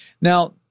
Now